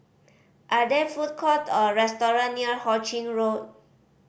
are there food court or restaurant near Ho Ching Road